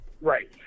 Right